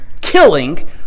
killing